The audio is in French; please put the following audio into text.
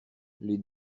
les